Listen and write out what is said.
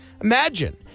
Imagine